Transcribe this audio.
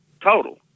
Total